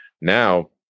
Now